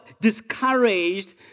discouraged